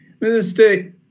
Minister